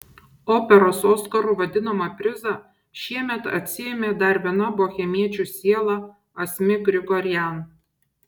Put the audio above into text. operos oskaru vadinamą prizą šiemet atsiėmė dar viena bohemiečių siela asmik grigorian